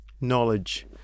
knowledge